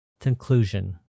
Conclusion